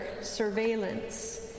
surveillance